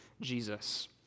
Jesus